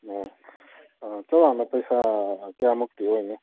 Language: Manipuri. ꯑꯣ ꯆꯥꯎꯔꯥꯛꯅ ꯄꯩꯁꯥ ꯀꯩꯌꯥꯃꯨꯛꯇꯤ ꯑꯣꯏꯅꯤ